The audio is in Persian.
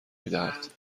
میدهد